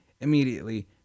immediately